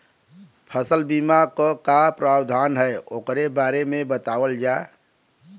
फसल बीमा क का प्रावधान हैं वोकरे बारे में बतावल जा?